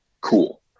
Cool